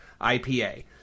IPA